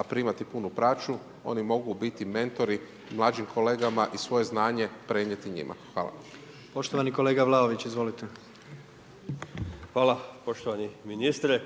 a primati punu plaću, oni mogu biti mentori mlađim kolegama i svoje znanje prenijeti njima. Hvala. **Jandroković, Gordan (HDZ)** Poštovani kolega Vlaović, izvolite. **Vlaović, Davor (HSS)** Hvala poštovani ministre.